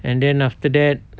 and then after that